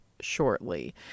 shortly